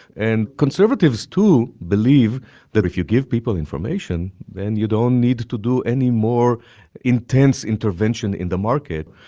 and conservatives, too, believe that if you give people information, then you don't need to do any more intense intervention in the market.